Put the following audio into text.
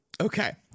Okay